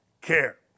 care